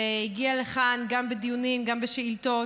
הגיע לכאן גם בדיונים, גם בשאילתות,